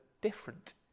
different